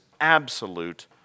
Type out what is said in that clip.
absolute